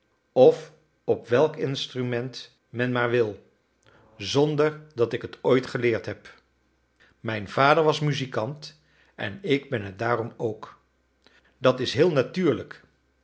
of op welk instrument men maar wil zonder dat ik het ooit geleerd heb mijn vader was muzikant en ik ben het daarom ook dat is heel natuurlijk